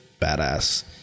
badass